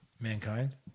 Mankind